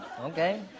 Okay